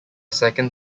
second